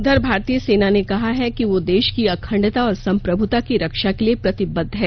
उधर भारतीय सेना ने कहा है कि वह देश की अखंडता और संप्रभुता की रक्षा के लिए प्रतिबद्ध है